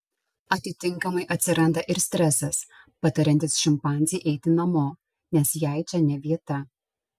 atitinkamai atsiranda ir stresas patariantis šimpanzei eiti namo nes jai čia ne vieta